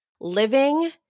Living